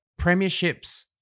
premierships